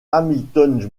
hamilton